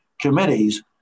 committees